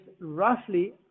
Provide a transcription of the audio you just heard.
roughly